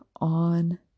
on